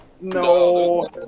No